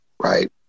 right